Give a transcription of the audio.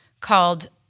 called